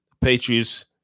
Patriots